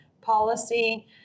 policy